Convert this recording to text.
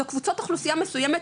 זה קבוצת אוכלוסייה מסוימת,